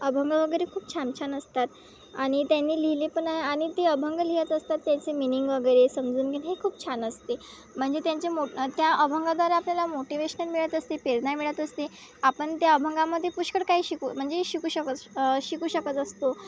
अभंग वगैरे खूप छान छान असतात आणि त्यांनी लिहिले पण आहे आणि ते अभंग लिहित असतात त्यांचे मीनिंग वगैरे समजून घेणे हे खूप छान असते म्हणजे त्यांच्या मो त्या अभंगाद्वारे आपल्याला मोटिवेशन मिळत असते प्रेरणा मिळत असते आपण त्या अभंगामध्ये पुष्कळ काही शिकू म्हणजे शिकू शकत शिकू शकत असतो